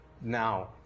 Now